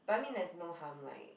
but I mean there's no harm like